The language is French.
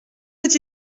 veut